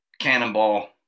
cannonball